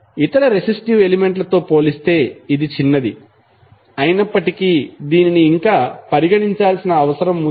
ఇతర resistive element తో పోలిస్తే ఇది చిన్నది అయినప్పటికీ దీనిని ఇంకా పరిగణించాల్సిన అవసరం ఉంది